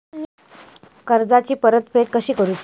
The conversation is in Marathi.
कर्जाची परतफेड कशी करुची?